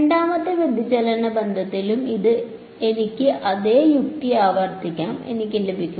രണ്ടാമത്തെ വ്യതിചലന ബന്ധത്തിലും എനിക്ക് അതേ യുക്തി ആവർത്തിക്കാം എനിക്ക് ലഭിക്കും